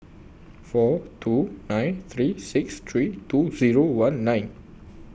four two nine three six three two Zero one nine